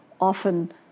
often